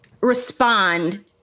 respond